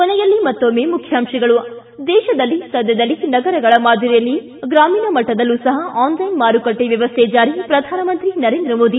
ಕೊನೆಯಲ್ಲಿ ಮತ್ತೊಮ್ಮೆ ಮುಖ್ಯಾಂಶಗಳು ಿ ದೇಶದಲ್ಲಿ ಸದ್ಯದಲ್ಲೇ ನಗರಗಳ ಮಾದರಿಯಲ್ಲಿ ಗ್ರಾಮೀಣ ಮಟ್ಟದಲ್ಲೂ ಸಹ ಆನ್ಲೈನ್ ಮಾರುಕಟ್ಟೆ ವ್ಯವಸ್ಟೆ ಜಾರಿ ಪ್ರಧಾನಮಂತ್ರಿ ನರೇಂದ್ರ ಮೋದಿ